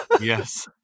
yes